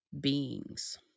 beings